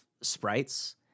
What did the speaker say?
sprites